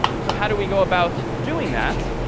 so how do we go about doing that?